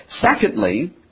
Secondly